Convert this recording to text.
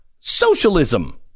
socialism